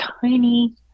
tiny